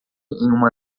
uma